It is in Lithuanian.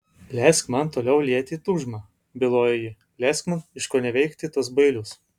leisk man toliau lieti tūžmą bylojo ji leisk man iškoneveikti tuos bailius